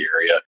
area